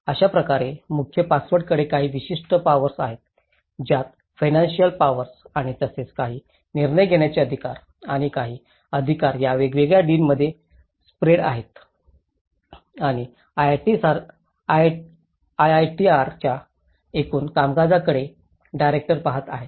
अशा प्रकारे मुख्य पॉवर्सकडे काही विशिष्ट पॉवर्स आहेत ज्यात फीनंसिअल पॉवर्स आणि तसेच काही निर्णय घेण्याचे अधिकार आणि काही अधिकार या वेगवेगळ्या डीनमध्ये स्पीटेड आहेत आणि आयआयटीआरच्या एकूण कामकाजाकडे डायरेक्टर पहात आहेत